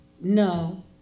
no